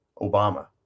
Obama